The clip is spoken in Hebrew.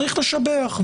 צריך לשבח,